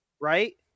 Right